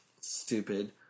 Stupid